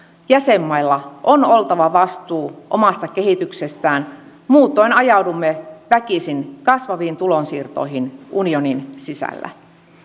jäsenmailla on oltava vastuu omasta kehityksestään muutoin ajaudumme väkisin kasvaviin tulonsiirtoihin unionin sisällä